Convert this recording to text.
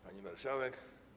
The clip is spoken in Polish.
Pani Marszałek!